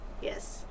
Yes